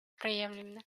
проявлена